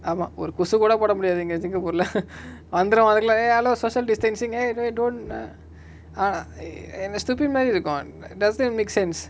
ஆமா ஒரு குசு கூட போட முடியாது இங்க:aama oru kusu kooda poda mudiyathu inga singapore lah வந்துரு அதுக்குள்ள:vanthuru athukulla eh hello social distancing eh do it don't uh uh uh and the stupid மாரி இருக்கு:mari iruku doesn't make sense